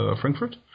Frankfurt